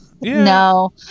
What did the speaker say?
No